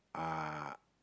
uh